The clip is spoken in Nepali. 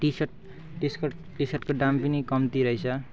टिसर्ट त्यसको टिसर्टको दाम पनि कम्ती रहेछ